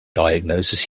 diagnoses